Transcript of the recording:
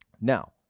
Now